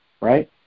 right